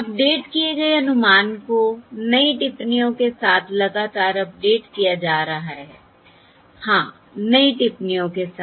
update किए गए अनुमान को नई टिप्पणियों के साथ लगातार अपडेट किया जा रहा है हाँ नई टिप्पणियों के साथ